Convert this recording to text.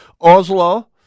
Oslo